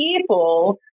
people